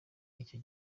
icyo